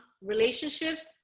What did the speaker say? relationships